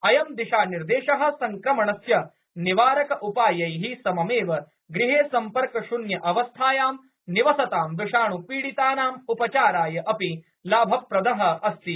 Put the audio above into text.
अयं दिशानिर्देश संक्रमणस्य निवारक उपायै सममेव गृहे सम्पर्क शून्य अवस्थायां निवसतां विषाणु पीडितानाम् उपचाराय अपि लाभप्रद अस्ति